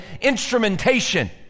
instrumentation